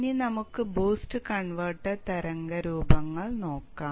ഇനി നമുക്ക് boost converter തരംഗരൂപങ്ങൾ നോക്കാം